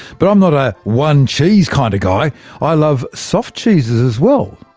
but i'm not a one-cheese kinda guy i love soft cheeses as well,